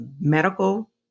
medical